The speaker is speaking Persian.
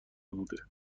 بوده